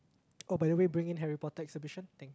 oh by the way bring in Harry-Potter exhibition thank